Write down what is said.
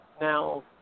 Now